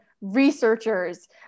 researchers